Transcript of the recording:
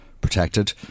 protected